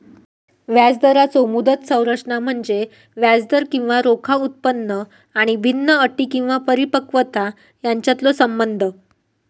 व्याजदराचो मुदत संरचना म्हणजे व्याजदर किंवा रोखा उत्पन्न आणि भिन्न अटी किंवा परिपक्वता यांच्यातलो संबंध